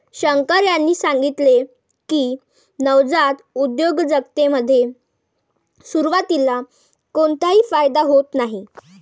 शंकर यांनी सांगितले की, नवजात उद्योजकतेमध्ये सुरुवातीला कोणताही फायदा होत नाही